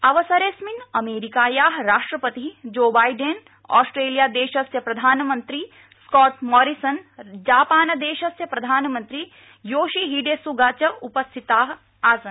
अवसरेऽस्मिन् अमेरीकाया राष्ट्रपति जो बाइडेन ऑस्ट्रेलियादेशस्य प्रधानमन्त्री स्काट मोरिसन जापान देशस्य प्रधानमन्त्री योशीहिडे स्गा च उपस्थिता आसन्